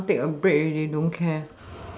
want to take a break already don't care